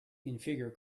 configure